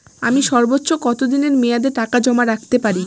আমি সর্বোচ্চ কতদিনের মেয়াদে টাকা জমা রাখতে পারি?